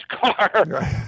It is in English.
car